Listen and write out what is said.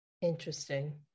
interesting